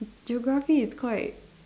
geography is quite